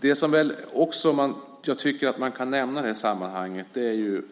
Det jag också tycker att man kan nämna i sammanhanget är